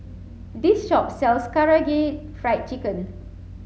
this shop sells Karaage Fried Chicken